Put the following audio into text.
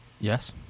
Yes